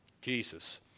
Jesus